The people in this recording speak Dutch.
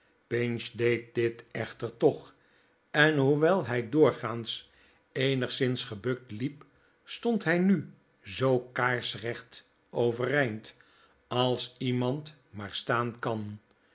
pinch deed dit echter toch en hoewel hij doorgaans eenigszins gebukt liep stond hij nu zoo kaarsrecht overeind als iemand maar staan kan